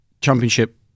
Championship